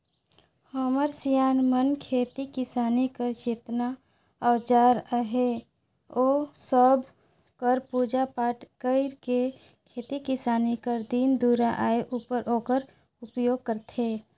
हमर सियान मन खेती किसानी कर जेतना अउजार अहे ओ सब कर पूजा पाठ कइर के खेती किसानी कर दिन दुरा आए उपर ओकर उपियोग करथे